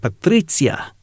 Patricia